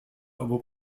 obu